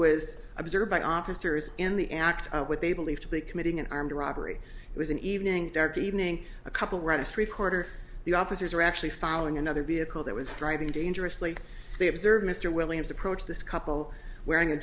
was observed by officers in the act what they believed to be committing an armed robbery was an evening dark evening a couple rightest recorder the officers were actually following another vehicle that was driving dangerously they observed mr williams approach this couple wearing a